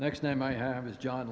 next name i have is john